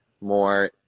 more